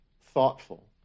thoughtful